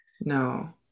no